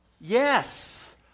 yes